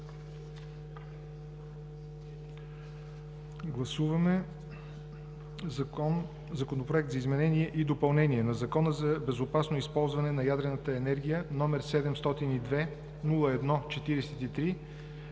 Гласуваме Законопроект за изменение и допълнение на Закона за безопасно използване на ядрената енергия, № 702-01-43,